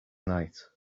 night